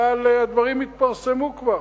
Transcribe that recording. אבל הדברים התפרסמו כבר.